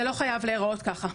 זה לא חייב להיראות ככה,